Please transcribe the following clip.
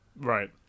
right